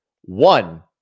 one